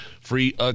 free